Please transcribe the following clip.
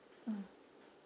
mm